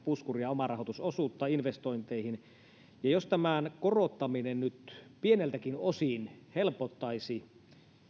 puskuria ja omarahoitusosuutta investointeihin jos tämän korottaminen nyt pieneltäkin osin helpottaisi